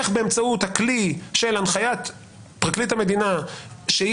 איך באמצעות הכלי של הנחיית פרקליט המדינה שהיא